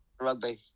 rugby